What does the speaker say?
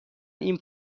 این